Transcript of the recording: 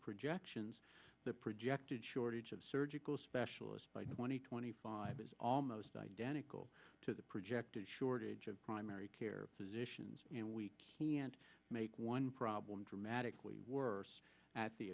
projections the projected shortage of surgical specialists by twenty twenty five is almost identical to the projected shortage of primary care physicians and weak he and make one problem dramatically worse at the